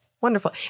Wonderful